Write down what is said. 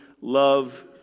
love